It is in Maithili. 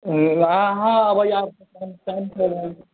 हँ एबै आब सँ टाइम टाइम सँ एबै